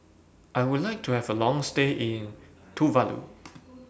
I Would like to Have A Long stay in Tuvalu